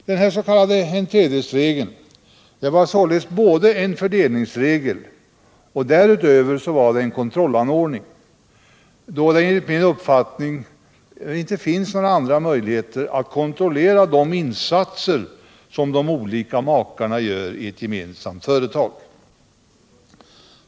Den s.k. tredjedelsregeln var således både en fördelningsregel och en kontrollanordning, då det enligt min uppfattning inte finns några andra möjligheter att kontrollera de insatser som de båda makarna gör i ett gemensamt företag.